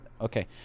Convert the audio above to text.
Okay